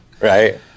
right